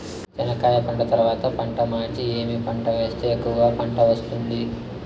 చెనక్కాయ పంట తర్వాత పంట మార్చి ఏమి పంట వేస్తే ఎక్కువగా పంట వస్తుంది?